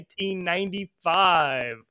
1995